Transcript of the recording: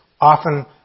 often